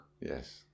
Yes